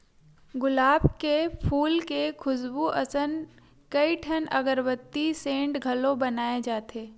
गुलाब के फूल के खुसबू असन कइठन अगरबत्ती, सेंट घलो बनाए जाथे